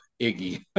Iggy